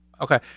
Okay